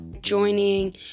joining